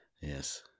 Yes